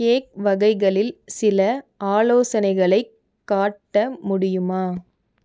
cake வகைகளில் சில ஆலோசனைகளை காட்ட முடியுமா